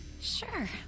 Sure